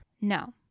No